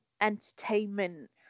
entertainment